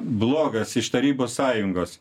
blogas iš tarybų sąjungos